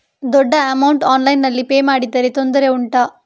ದೊಡ್ಡ ಅಮೌಂಟ್ ಆನ್ಲೈನ್ನಲ್ಲಿ ಪೇ ಮಾಡಿದ್ರೆ ತೊಂದರೆ ಉಂಟಾ?